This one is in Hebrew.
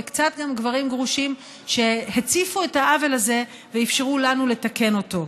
וקצת גם גברים גרושים שהציפו את העוול הזה ואפשרו לנו לתקן אותו,